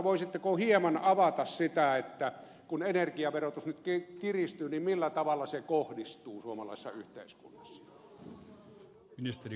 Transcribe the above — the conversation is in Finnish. voisitteko hieman avata sitä että kun energiaverotus nyt kiristyy millä tavalla se kohdistuu suomalaisessa yhteiskunnassa